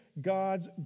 God's